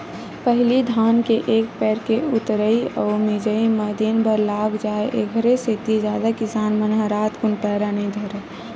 पहिली धान के एक पैर के ऊतरई अउ मिजई म दिनभर लाग जाय ऐखरे सेती जादा किसान मन ह रातकुन पैरा नई धरय